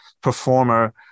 performer